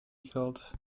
records